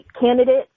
candidates